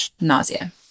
nausea